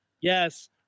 Yes